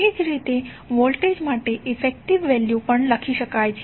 એ જ રીતે વોલ્ટેજ માટે ઇફેકટીવ વેલ્યુ પણ લખી શકાય છે